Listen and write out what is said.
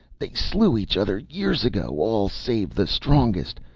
they slew each other years ago, all save the strongest.